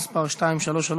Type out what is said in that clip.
מס' 233,